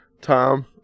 Tom